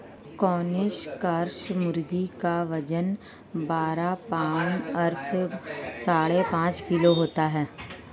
Cornish cross मुर्गी का वजन बारह पाउण्ड अर्थात साढ़े पाँच किलो होता है